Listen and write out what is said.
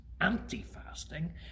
anti-fasting